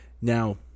Now